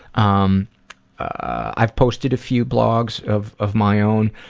um i've posted a few blogs of of my own.